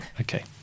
Okay